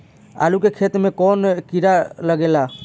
आलू के खेत मे कौन किड़ा लागे ला?